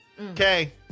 Okay